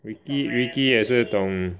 Ricky Ricky 也是懂